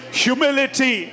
humility